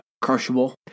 crushable